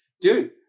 dude